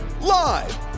Live